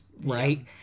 right